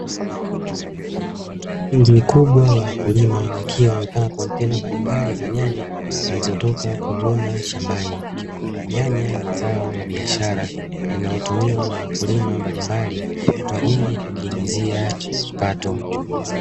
miji mikubwa ya wakulima, wakiwa wamepanga kontena mbalimbali za nyanya zilizotoka kuvunwa shambani nyanya ni zao la biashara linalotumiwa na wakulima mbalimbali kwa ajili ya kujiingizia kipato.